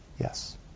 Yes